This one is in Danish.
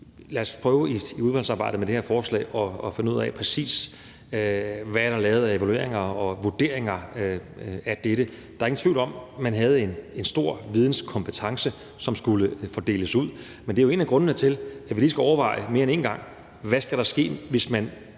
Lad os prøve i udvalgsarbejdet med det her forslag at finde ud af, præcis hvad der er lavet af evalueringer og vurderinger af dette. Der er ingen tvivl om, at der var en stor videnskompetence, som skulle fordeles ud, men det er jo en af grundene til, at vi lige skal overveje mere end én gang, hvad der skal ske, hvis man